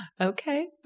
Okay